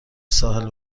ساحل